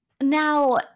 now